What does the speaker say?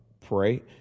pray